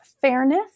fairness